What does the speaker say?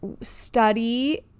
study